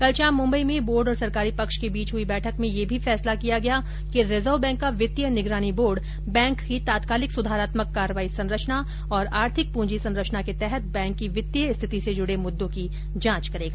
कल शाम मुम्बई में बोर्ड और सरकारी पक्ष के बीच हुई बैठक में यह भी फैसला किया गया कि रिजर्व बैंक का वित्तीय निगरानी बोर्ड बैंक की तात्कालिक सुधारात्मक कार्रवाई संरचना और आर्थिक पृंजी संरचना के तहत बैंक की वित्तीय स्थिति से जुड़े मुद्दों की जांच करेगा